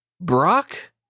Brock